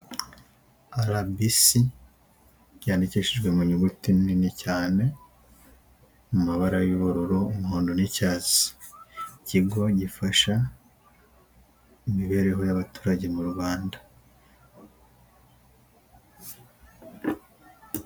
Arabisi byandikishijwe mu nyuguti nini cyane mu mabara y'ubururu, umuhondo n'icyatsi. Ikigo gifasha imibereho y'abaturage mu Rwanda.